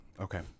Okay